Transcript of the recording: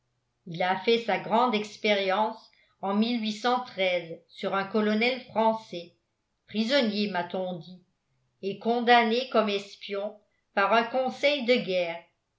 il à fait sa grande expérience en sur un colonel français prisonnier m'a-t-on dit et condamné comme espion par un conseil de guerre